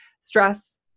stress